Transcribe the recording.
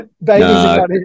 No